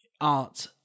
art